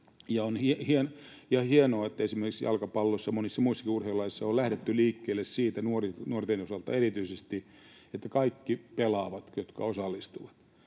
on hienoa, että esimerkiksi jalkapallossa ja monissa muissakin urheilulajeissa on lähdetty liikkeelle siitä — nuorten osalta erityisesti — että kaikki pelaavat, jotka osallistuvat.